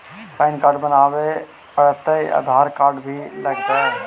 Pan card बनावे पडय है आधार कार्ड भी लगहै?